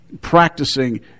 Practicing